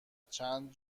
چند